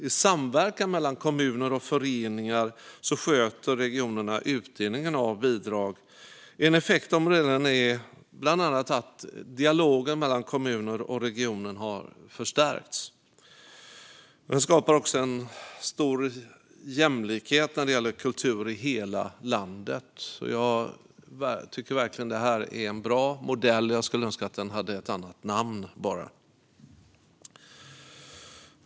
I samverkan mellan kommuner och föreningar sköter regionerna utdelningen av bidrag. En effekt är redan bland annat att dialogen mellan kommuner och regionen har förstärkts. Den skapar också en stor jämlikhet när det gäller kultur i hela landet. Jag tycker verkligen att det är en bra modell. Jag skulle bara önska att den hade ett annat namn.